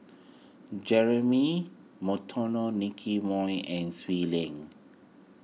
Jeremy Monteiro Nicky Moey and Swee Leng